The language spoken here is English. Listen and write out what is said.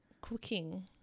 cooking